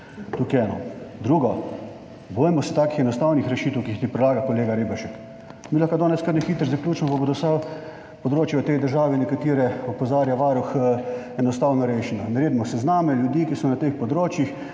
To je eno. Drugo. Bojmo se takih enostavnih rešitev, kot jih predlaga kolega Reberšek: mi lahko danes kar na hitro zaključimo pa bodo vsa področja v tej državi, na katera opozarja Varuh, enostavno rešena, naredimo sezname ljudi, ki so na teh področjih,